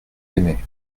aimés